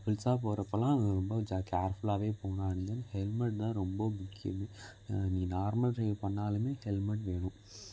கப்புள்ஸ்ஸாக போகிறப்பலாம் ரொம்ப ஜாக் கேர்ஃபுலாகவே போகணும் அண்ட் தென் ஹெல்மெட் தான் ரொம்ப முக்கியமே நீ நார்மல் ட்ரைவ் பண்ணாலுமே ஹெல்மெட் வேணும்